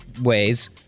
ways